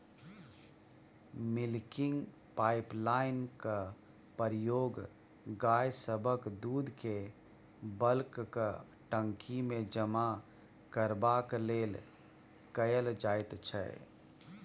milking पाइपलाइनक प्रयोग गाय सभक दूधकेँ बल्कक टंकीमे जमा करबाक लेल कएल जाइत छै